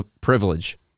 privilege